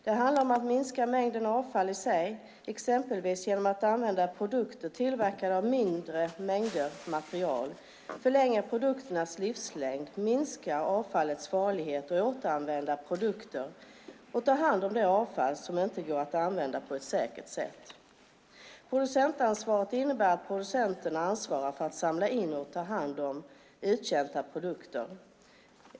Det handlar om att minska mängden avfall i sig, exempelvis genom att använda produkter tillverkade av mindre mängd material och förlänga produkternas livslängd, att minska avfallets farlighet, återanvända produkter och ta hand om det avfall som inte går att använda på ett säkert sätt. Producentansvaret innebär att producenterna ansvarar för att samla in och ta hand om uttjänta produkter.